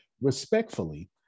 Respectfully